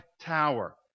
tower